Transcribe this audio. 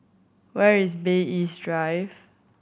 where is Bay East Drive